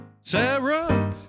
Sarah